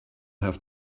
have